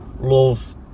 love